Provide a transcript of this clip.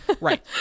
right